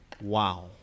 Wow